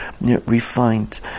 refined